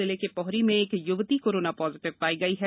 जिले के पोहरी में एक य्वती कोरोना पॉजिटिव पाई गई है